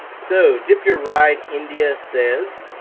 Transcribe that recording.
so dipyourride india says,